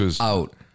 out